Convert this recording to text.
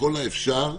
ככל האפשר".